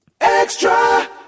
extra